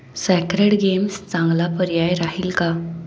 sacred games चांगला पर्याय राहील का